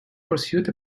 pursued